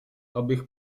abych